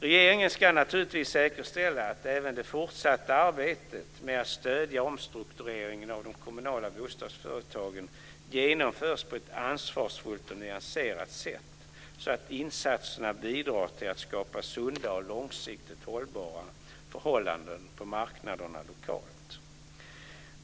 Regeringen ska naturligtvis säkerställa att även det fortsatta arbetet med att stödja omstruktureringen av de kommunala bostadsföretagen genomförs på ett ansvarsfullt och nyanserat sätt, så att insatserna bidrar till att skapa sunda och långsiktigt hållbara förhållanden på marknaderna lokalt.